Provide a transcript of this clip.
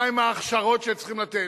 מהן ההכשרות שצריכים לתת,